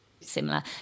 similar